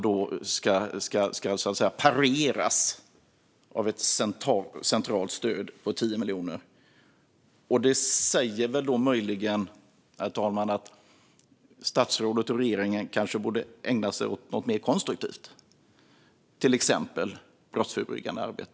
De ska alltså pareras med ett centralt stöd på 10 miljoner. Det säger möjligen, herr talman, att statsrådet och regeringen kanske borde ägna sig åt något mer konstruktivt - till exempel brottsförebyggande arbete.